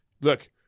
look